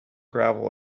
gravel